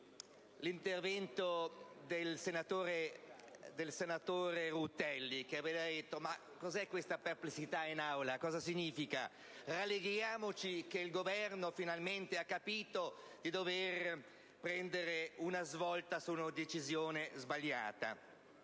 l'intervento del senatore Rutelli, che aveva detto: ma cos'è questa perplessità in Aula? Cosa significa? Rallegriamoci del fatto che il Governo finalmente ha capito di dover prendere una svolta su una decisione sbagliata.